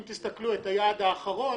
אם תסתכלו על היעד האחרון,